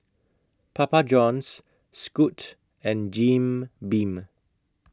Papa Johns Scoot and Jim Beam